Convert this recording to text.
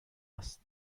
است